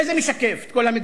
איזה משקף את כל המגזרים?